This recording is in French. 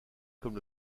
comme